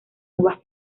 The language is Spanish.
uvas